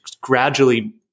gradually